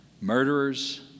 murderers